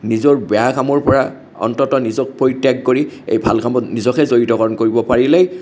নিজৰ বেয়া কামৰ পৰা অন্ততঃ নিজক পৰিত্য়াগ কৰি এই ভাল কামত নিজকে জড়িতকৰণ কৰিব পাৰিলেই